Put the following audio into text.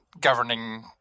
governing